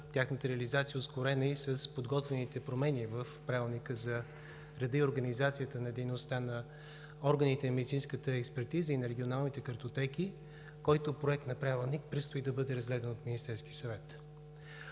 тяхната реализация ще бъде ускорена и с подготвените промени в Правилника за реда и организацията на дейността на органите на медицинската експертиза и на регионалните картотеки, който проект на правилник предстои да бъде разгледан от Министерския съвет.